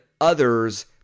others